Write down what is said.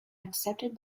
accepted